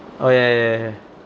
oh ya ya ya ya